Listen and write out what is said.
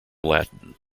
latin